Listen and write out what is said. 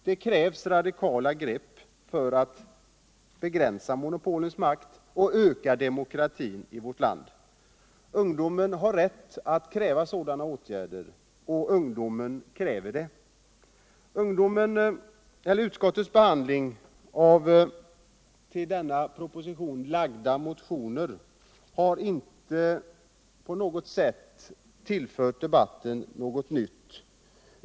Det krävs radikala grepp för att begränsa monopolens makt och öka demokratin i vårt land. Ungdomen har rätt att kräva sådana åtgärder och ungdomen kräver dem. Utskottets behandling av i anslutning till denna proposition väckta motioner har inte på något sätt tillfört debatten något nytt.